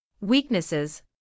Weaknesses